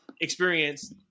experience